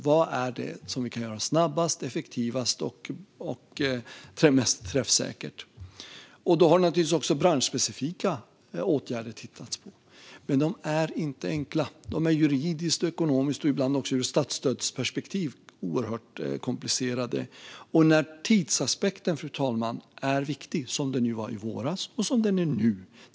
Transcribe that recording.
Vi har tittat på vad vi kan göra snabbast, mest effektivt och mest träffsäkert. Vi har naturligtvis även tittat på branschspecifika åtgärder. Men de är inte enkla. De är juridiskt och ekonomiskt och ibland också ur statsstödsperspektiv oerhört komplicerade, särskilt när tidsaspekten är viktig, fru talman, som den ju var i våras och som den är nu.